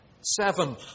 Seven